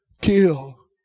kill